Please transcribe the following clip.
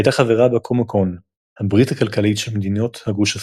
והייתה חברה בקומקון – הברית הכלכלית של מדינות הגוש הקומוניסטי.